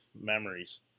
memories